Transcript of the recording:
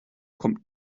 kommt